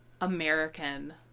American